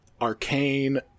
arcane